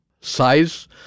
size